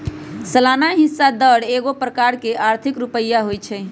सलाना हिस्सा दर एगो प्रकार के आर्थिक रुपइया होइ छइ